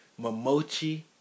Momochi